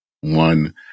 one